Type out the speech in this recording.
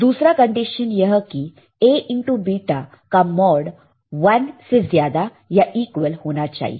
दूसरी कंडीशन यह की A इनटू बीटा का मॉड 1 से ज्यादा या इक्वल होना चाहिए